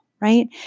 right